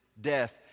death